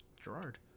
Gerard